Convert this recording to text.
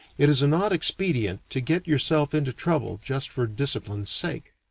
it is an odd expedient to get yourself into trouble just for discipline's sake.